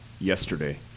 yesterday